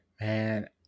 Man